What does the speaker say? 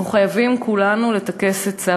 אנחנו חייבים כולנו לטכס עצה.